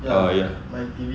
uh ya